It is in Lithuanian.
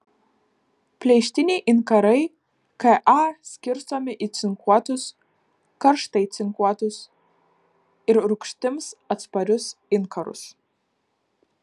pleištiniai inkarai ka skirstomi į cinkuotus karštai cinkuotus ir rūgštims atsparius inkarus